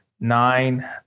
nine